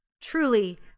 truly